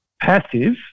passive